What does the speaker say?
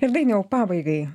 ir dainiau pabaigai